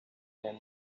again